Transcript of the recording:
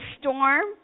storm